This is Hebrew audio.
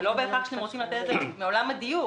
ולא בהכרח שאתם רוצים מעולם הדיור.